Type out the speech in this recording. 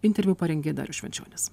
interviu parengė darius švenčionis